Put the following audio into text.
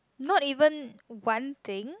not even one thing